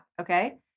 Okay